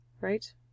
Right